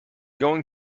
going